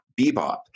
Bebop